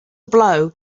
blow